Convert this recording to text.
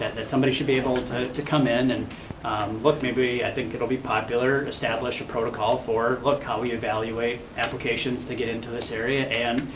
that somebody should be able to to come in and look, maybe i think it'll be popular, establish a protocol for, look, how we evaluate applications to get into this area and,